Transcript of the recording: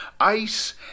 ICE